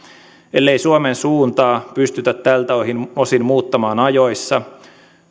ellei suomen suuntaa pystytä tältä osin osin muuttamaan ajoissa